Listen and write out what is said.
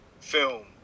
film